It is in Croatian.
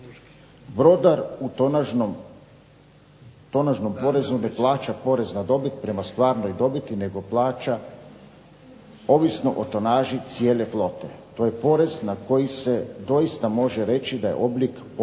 Brodar u tonažnom porezu ne plaća porez na dobit prema stvarnoj dobiti, nego plaća ovisno o tonaži cijele flote. To je porez na koji se doista može reći da je oblik potpore